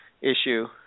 issue